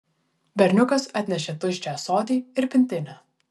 berniukas atnešė tuščią ąsotį ir pintinę